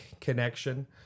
connection